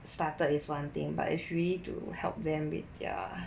started is one thing but is really to help them with ya